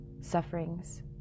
sufferings